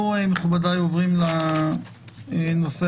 אנחנו עוברים לנושא